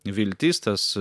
viltis tas